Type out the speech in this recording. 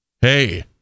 Hey